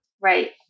Right